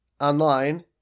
online